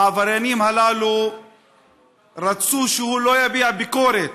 העבריינים הללו רצו שהוא לא יביע ביקורת